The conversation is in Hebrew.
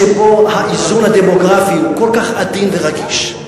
שבו האיזון הדמוגרפי הוא כל כך עדין ורגיש,